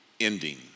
ending